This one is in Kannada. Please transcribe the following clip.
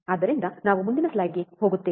ಆದ್ದರಿಂದ ನಾವು ಮುಂದಿನ ಸ್ಲೈಡ್ಗೆ ಹೋಗುತ್ತೇವೆ